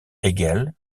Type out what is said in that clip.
hegel